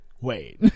Wait